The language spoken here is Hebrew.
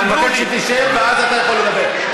אני מבקש שתשב ואז אתה יכול לדבר.